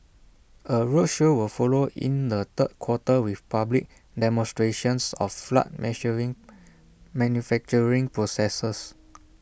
A roadshow will follow in the third quarter with public demonstrations of flood measuring manufacturing processes